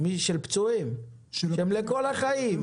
של פצועים שהם לכל החיים,